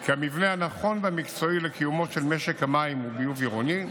כי המבנה הנכון והמקצועי לקיומו של משק מים וביוב עירוני,